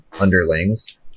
underlings